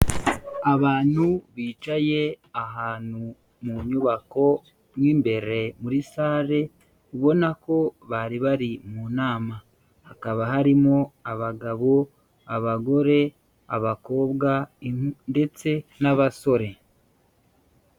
Abantu bicaye ahantu mu nyubako mo imbere muri sare ubona ko bari bari mu nama. Hakaba harimo abagabo, abagore, abakobwa, ndetse n'abasore.